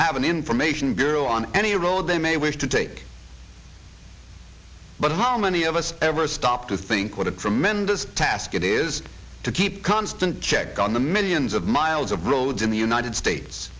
have an information girl on any road they may wish to take but how many of us ever stop to think what a tremendous task it is to keep constant check on the millions of miles of roads in the united states